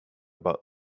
but